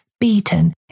beaten